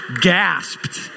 gasped